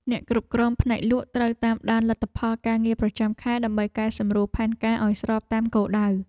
អ្នកគ្រប់គ្រងផ្នែកលក់ត្រូវតាមដានលទ្ធផលការងារប្រចាំខែ ដើម្បីកែសម្រួលផែនការឱ្យស្របតាមគោលដៅ។